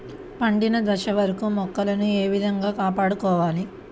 పండిన దశ వరకు మొక్కలను ఏ విధంగా కాపాడుకోవాలి?